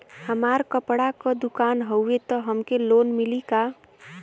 हमार कपड़ा क दुकान हउवे त हमके लोन मिली का?